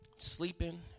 sleeping